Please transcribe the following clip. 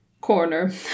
corner